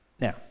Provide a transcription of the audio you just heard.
Now